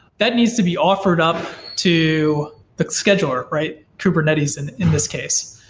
that needs to be offered up to the scheduler, right? kubernetes and in this case.